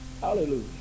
Hallelujah